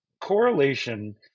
correlation